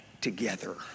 together